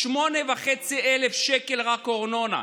8,500 שקל רק ארנונה.